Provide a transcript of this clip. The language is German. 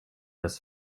das